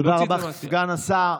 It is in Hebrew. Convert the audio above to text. תודה רבה, סגן השר.